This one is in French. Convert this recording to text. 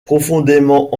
profondément